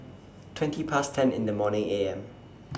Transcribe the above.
twenty Past ten in The morning A M